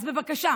אז בבקשה,